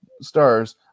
stars